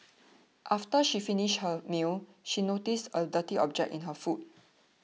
after she finished her meal she noticed a dirty object in her food